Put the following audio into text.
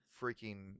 freaking